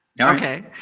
Okay